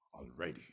already